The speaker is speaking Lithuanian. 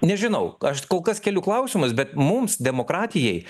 nežinau aš kol kas keliu klausimus bet mums demokratijai